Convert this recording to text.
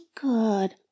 good